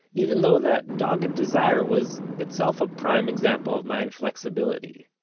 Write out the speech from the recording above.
even though that dogged desire was itself a prime example of my inflexibility.